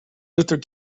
luther